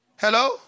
hello